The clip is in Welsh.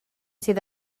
sydd